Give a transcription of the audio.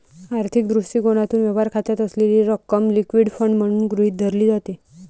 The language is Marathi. आर्थिक दृष्टिकोनातून, व्यवहार खात्यात असलेली रक्कम लिक्विड फंड म्हणून गृहीत धरली जाते